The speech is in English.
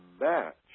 match